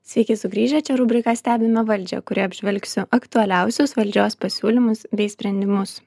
sveiki sugrįžę čia rubrika stebime valdžią kurioj apžvelgsiu aktualiausius valdžios pasiūlymus bei sprendimus